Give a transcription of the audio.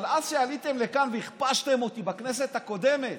אבל אז כשעליתם לכאן והכפשתם אותי בכנסת הקודמת